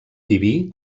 diví